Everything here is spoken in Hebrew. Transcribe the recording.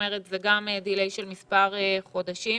וגם זה ב-דיליי של מספר חודשים.